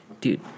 Dude-